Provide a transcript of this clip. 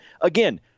again